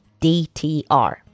DTR